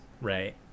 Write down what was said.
Right